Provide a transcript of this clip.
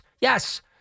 yes